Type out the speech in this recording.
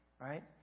Right